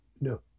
No